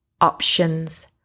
Options